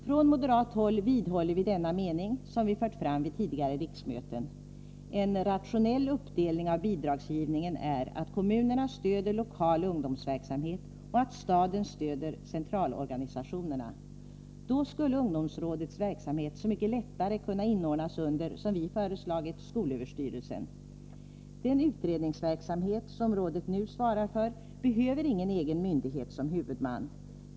Från moderat håll vidhåller vi dock denna mening — som vi fört fram vid tidigare riksmöten. En rationell uppdelning av bidragsgivningen är att kommunerna stöder lokal ungdomsverksamhet och att staten stöder centralorganisationerna. Då skulle ungdomsrådets verksamhet så mycket lättare, som vi föreslagit, kunna inordnas under skolöverstyrelsen. Den utredningsverksamhet som rådet nu svarar för behöver ingen egen myndighet som huvudman.